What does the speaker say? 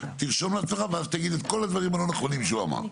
תרשום לעצמך ואז תגיד את כל הדברים הנכונים שהוא אמר.